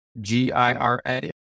G-I-R-A